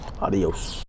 Adios